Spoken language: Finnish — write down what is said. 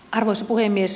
arvoisa puhemies